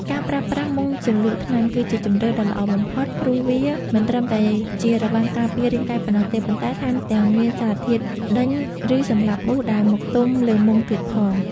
ការប្រើប្រាស់មុងជ្រលក់ថ្នាំគឺជាជម្រើសដ៏ល្អបំផុត ព្រោះវាមិនត្រឹមតែជារបាំងការពាររាងកាយប៉ុណ្ណោះទេ ប៉ុន្តែថែមទាំងមានសារធាតុដេញ ឬសម្លាប់មូសដែលមកទុំលើមុងទៀតផង។